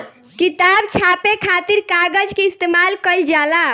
किताब छापे खातिर कागज के इस्तेमाल कईल जाला